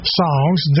songs